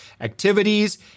activities